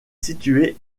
située